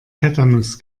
tetanus